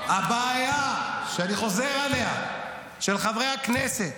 הבעיה, שאני חוזר עליה, של חברי הכנסת